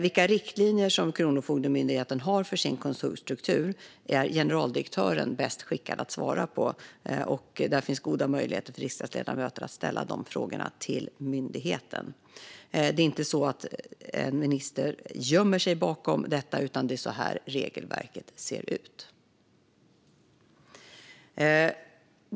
Vilka riktlinjer som Kronofogdemyndigheten har för sin kontorsstruktur är generaldirektören bäst skickad att svara på. Det finns goda möjligheter för riksdagsledamöter att ställa de frågorna till myndigheten. Det är inte så att en minister gömmer sig bakom detta, utan det är så här regelverket ser ut.